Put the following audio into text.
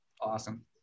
awesome